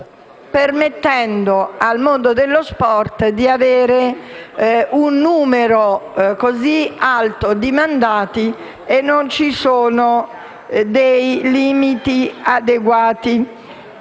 permettendo al mondo dello sport di avere un numero così alto di mandati e non ci sono dei limiti adeguati.